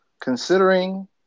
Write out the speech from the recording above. considering